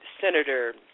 Senator